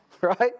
Right